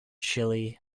chile